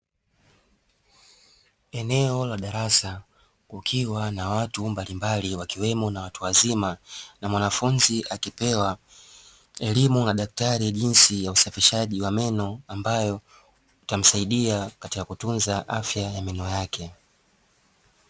Eneo la darasa kukiwa na watu mbalimbali wakiwemo na watu wazima na mwanafunzi akipewa elimu na daktari jinsi ya usafishaji wa meno, ambayo utamsaidia katika kutunza afya ya meno yake.